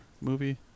movie